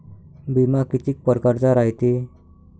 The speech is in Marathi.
बिमा कितीक परकारचा रायते?